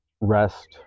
rest